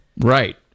right